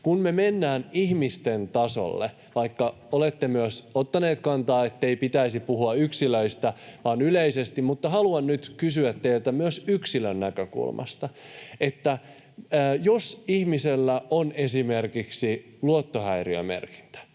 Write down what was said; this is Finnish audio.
Kun me mennään ihmisten tasolle — vaikka olette myös ottaneet kantaa, ettei pitäisi puhua yksilöistä vaan yleisesti, mutta haluan nyt kysyä teiltä myös yksilön näkökulmasta — niin jos ihmisellä on esimerkiksi luottohäiriömerkintä,